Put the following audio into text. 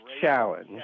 challenge